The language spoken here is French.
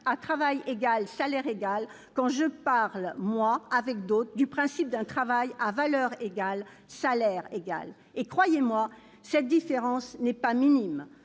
à travail égal, salaire égal, quand je dis, avec d'autres : travail à valeur égale, salaire égal. Croyez-moi, cette différence n'est pas minime.